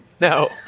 No